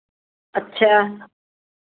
अच्छा